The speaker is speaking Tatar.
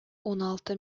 уналты